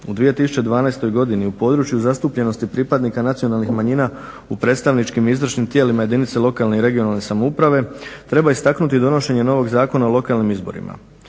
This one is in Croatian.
u 2012. godini u području zastupljenosti pripadnika nacionalnih manjina u predstavničkim i izvršnim tijelima jedinica lokalne i regionalne samouprave treba istaknuti donošenje novog Zakona o lokalnim izborima.